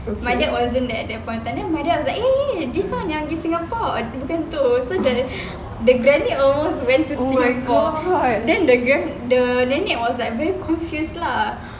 my dad wasn't there at that point of time and then my dad was like eh this [one] yang pergi singapore bukan itu so the the granny almost went to singapore then the grand~ the nenek was like very confuse lah